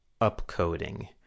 upcoding